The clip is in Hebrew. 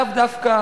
לאו דווקא